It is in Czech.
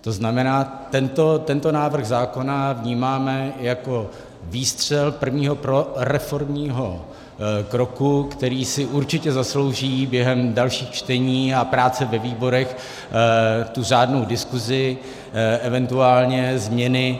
To znamená, tento návrh zákona vnímáme jako výstřel prvního proreformního kroku, který si určitě zaslouží během dalších čtení a práce ve výborech řádnou diskusi, eventuálně změny